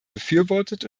befürwortet